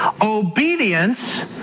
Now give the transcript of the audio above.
Obedience